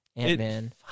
Ant-Man